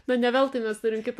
na ne veltui mes turim kitą